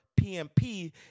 PMP